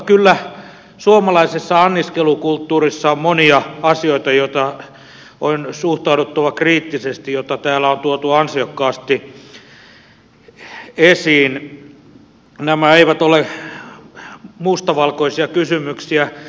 kyllä suomalaisessa anniskelukulttuurissa on monia asioita joihin on suhtauduttava kriittisesti ja joita täällä on tuotu ansiokkaasti esiin nämä eivät ole mustavalkoisia kysymyksiä